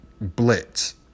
blitz